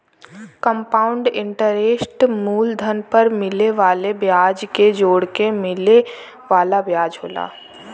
compound interest मूलधन पर मिले वाले ब्याज के जोड़के मिले वाला ब्याज होला